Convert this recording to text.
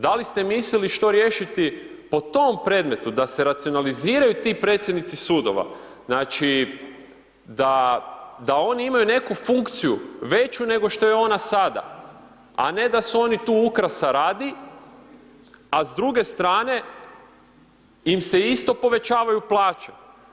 Da li ste mislili što riješiti po tom predmetu da se racionaliziraju ti predsjednici sudova, znači da oni imaju neku funkciju veću nego što je ona sada a ne da su oni tu ukrasa radi a s druge strane im se isto povećavaju plaće.